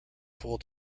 full